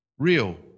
Real